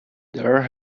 there